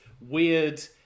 weird